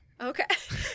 Okay